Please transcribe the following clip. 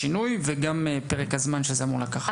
וגם את פרק הזמן שזה אמור לקחת.